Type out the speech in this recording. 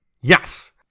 Yes